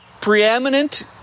preeminent